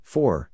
Four